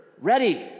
ready